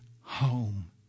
home